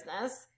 business